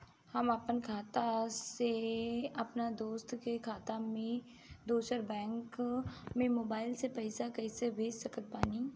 हम आपन खाता से अपना दोस्त के खाता मे दोसर बैंक मे मोबाइल से पैसा कैसे भेज सकत बानी?